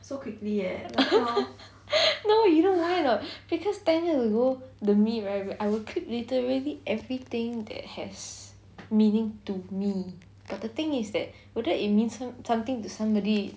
no you know why or not because ten years ago the me right I will keep literally everything that has meaning to me but the thing is that would that it means some something to somebody